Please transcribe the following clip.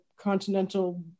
continental